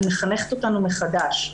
היא מחנכת אותנו מחדש,